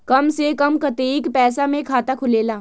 कम से कम कतेइक पैसा में खाता खुलेला?